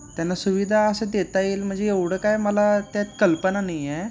त्यांना सुविधा असं देता येईल म्हणजे एवढं काय मला त्यात कल्पना नाही आहे